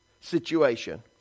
situation